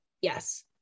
yes